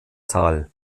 tal